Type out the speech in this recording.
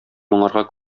моңарга